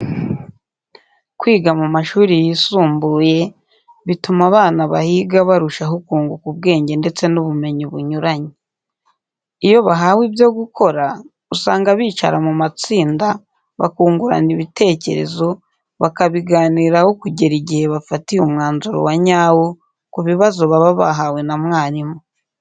Kwiga mu mashuri yisumbuye bituma abana bahiga barushaho kunguka ubwenge, ndetse n'ubumenyi bunyuranye. Iyo bahawe ibyo gukora usanga bicara mu matsinda, bakungurana bitekerezo, bakabiganiraho kugera igihe bafatiye umwanzuro wa nyawo ku bibazo baba bahawe na mwarimu.